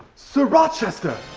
sir rochester,